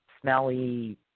smelly